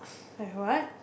like what